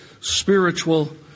spiritual